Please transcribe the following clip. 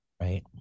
right